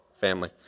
family